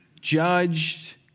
judged